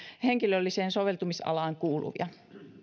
henkilölliseen soveltamisalaan kuuluvia